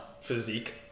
physique